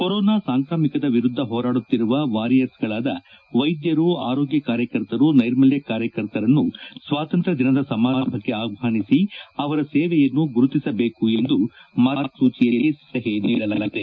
corona ಸಾಂಕ್ರಾಮಿಕದ ವಿರುದ್ದ ಹೋರಾಡುತ್ತಿರುವ ವಾರಿಯರ್ಸ್ಗಳಾದ ವೈದ್ಯರು ಆರೋಗ್ಯ ಕಾರ್ಯಕರ್ತರು ನೈರ್ಮಲ್ಯ ಕಾರ್ಯಕರ್ತರನ್ನು ಸ್ವಾತಂತ್ರ ದಿನದ ಸಮಾರಂಭಕ್ಕೆ ಆಹ್ಲಾನಿಸಿ ಅವರ ಸೇವೆಯನ್ನು ಗುರುತಿಸಬೇಕು ಎಂದು ಮಾರ್ಗಸೂಚಿಯಲ್ಲಿ ಸಲಹೆ ನೀಡಲಾಗಿದೆ